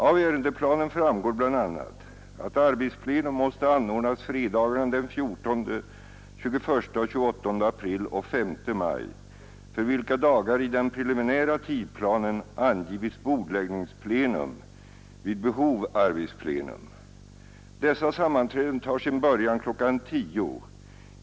Av ärendeplanen framgår bl.a. att arbetsplena måste anordnas fredagarna den 14, 21 och 28 april och 5 maj, för vilka dagar i den preliminära tidplanen angivits ”bordläggningsplenum, vid behov arbetsplenum”. Dessa sammanträden tar sin början kl. 10.00.